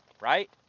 right